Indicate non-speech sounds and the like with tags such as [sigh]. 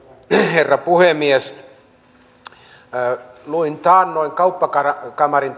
herra puhemies luin taannoin kauppakamarin [unintelligible]